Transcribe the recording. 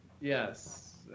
Yes